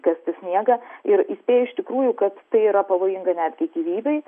kasti sniegą ir įspėja iš tikrųjų kad tai yra pavojinga netgi gyvybei